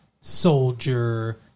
soldier